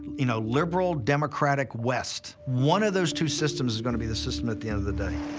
you know, liberal, democratic west. one of those two systems is going to be the system at the end of the day.